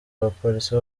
abapolisi